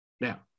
Now